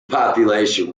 population